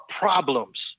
problems